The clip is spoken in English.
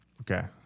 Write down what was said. Okay